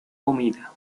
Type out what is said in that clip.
comida